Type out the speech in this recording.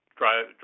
drive